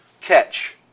catch